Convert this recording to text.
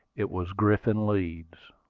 it was griffin leeds.